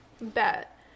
bet